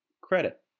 credit